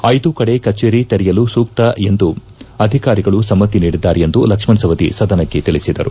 ಐದೂ ಕಡೆ ಕಚೇರಿ ತೆರೆಯಲು ಸೂತ್ತ ಎಂದು ಅಧಿಕಾರಿಗಳು ಸಮ್ಮಿತಿ ನೀಡಿದ್ದಾರೆ ಎಂದು ಲಕ್ಷ್ಮಣ್ ಸವದಿ ಸದನಕ್ಕೆ ತೀಸಿದರು